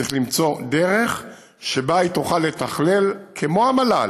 צריך למצוא דרך שבה היא תוכל לתכלל, כמו המל"ל.